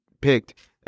picked